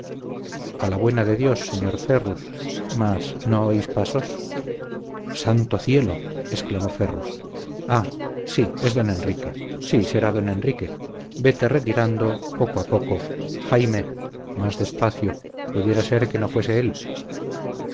a la buena de dios señor ferrus mas no oís pasos santo cielo exclamó ferrus ah sí es don enrique sí será don enrique vete retirando poco a poco jaime más despacio pudiera ser que no fuese él